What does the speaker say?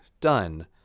done